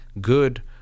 good